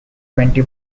twenty